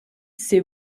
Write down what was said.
ses